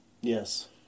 Yes